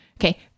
Okay